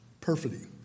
perfidy